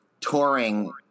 touring